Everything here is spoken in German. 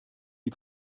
die